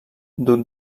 duc